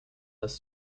das